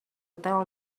tell